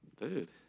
Dude